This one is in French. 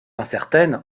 incertaine